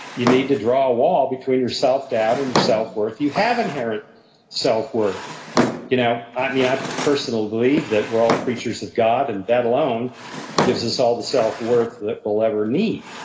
you need to draw a wall between your self-doubt and your self-worth. you have inherent self-worth you know i mean, i personally believe that we're all creatures of god and that alone gives us all the self-worth that we'll ever need.